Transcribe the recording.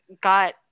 got